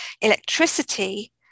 electricity